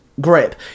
Grip